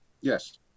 yes